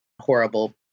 horrible